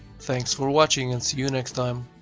thanks for watching and see you next time.